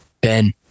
Ben